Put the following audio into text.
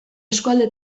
eskualde